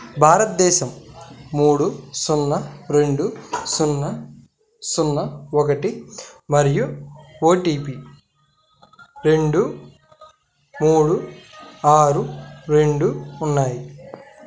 భారతదేశం మూడు సున్నా రెండు సున్నా సున్నా ఒకటి మరియు ఓ టీ పీ రెండు మూడు ఆరు రెండు ఉన్నాయి